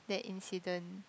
that incident